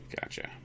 gotcha